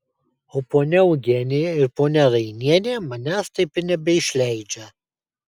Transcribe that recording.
o ponia eugenija ir ponia rainienė manęs taip ir nebeišleidžia